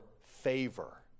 favor